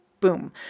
boom